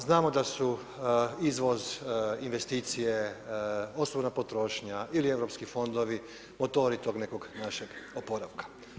Znamo da su izvoz, investicije, osobna potrošnja ili europski fondovi motori tog nekog našeg oporavka.